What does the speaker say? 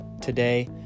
today